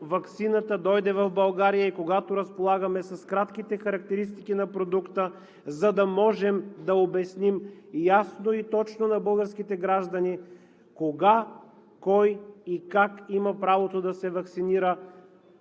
ваксината дойде в България, и когато разполагаме с кратките характеристики на продукта, за да можем да обясним ясно и точно на българските граждани кога, кой и как има правото да се ваксинира